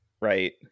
right